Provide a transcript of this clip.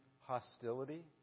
hostility